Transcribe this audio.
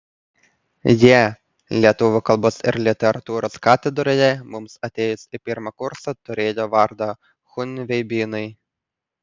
jie lietuvių kalbos ir literatūros katedroje mums atėjus į pirmą kursą turėjo vardą chunveibinai